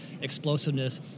explosiveness